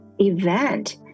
event